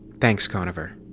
thanks, conover.